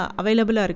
available